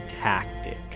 tactic